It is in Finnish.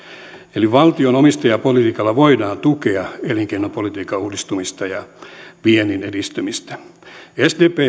eli valtion omistajapolitiikalla voidaan tukea elinkeinopolitiikan uudistumista ja viennin edistymistä sdp